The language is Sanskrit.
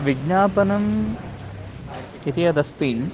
विज्ञापनम् इति यदस्ति